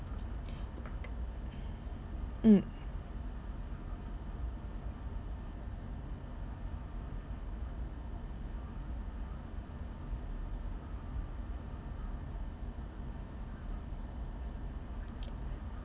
mm